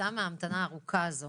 וכתוצאה מההמתנה הארוכה הזו